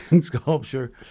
sculpture